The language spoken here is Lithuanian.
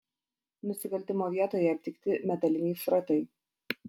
nusikaltimo vietoje aptikti metaliniai šratai